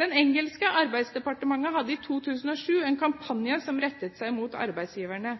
2007 en kampanje som rettet seg mot arbeidsgiverne.